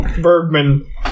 Bergman